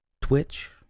Twitch